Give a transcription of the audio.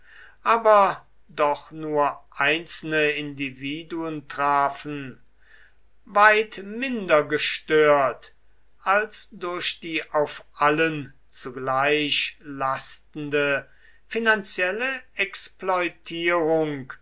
aber doch nur einzelne individuen trafen weit minder gestört als durch die auf allen zugleich lastende finanzielle